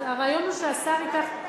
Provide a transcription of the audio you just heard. הרעיון הוא שהשר ייקח,